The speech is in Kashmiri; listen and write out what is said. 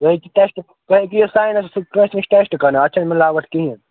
یہِ حظ چھِ ٹٮ۪سٹ تُہۍ کٲنٛسہِ نِش ٹٮ۪سٹ کر اتھ چھَنہٕ مِلاوَٹھ کِہیٖنۍ حظ